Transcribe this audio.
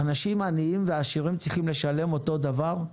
אנשים עניים ועשירים צריכים לשלם אותו דבר?